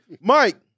mike